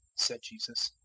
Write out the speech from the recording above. said jesus,